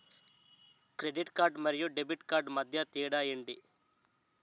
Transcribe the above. Credit card మరియు debit card మధ్య తేడా ఎంటి?